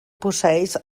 posseeix